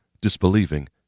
disbelieving